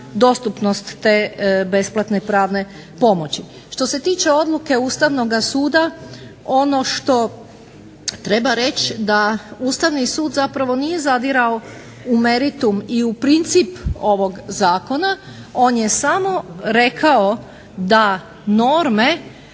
dostupnost te besplatne pravne pomoći. Što se tiče odluke Ustavnoga suda ono što treba reći da Ustavni sud zapravo nije zadirao u meritum i u princip ovog zakona, on je samo rekao da norme